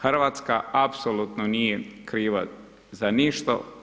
Hrvatska apsolutno nije kriva za ništa.